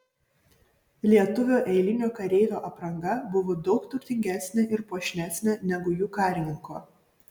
lietuvio eilinio kareivio apranga buvo daug turtingesnė ir puošnesnė negu jų karininko